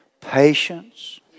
patience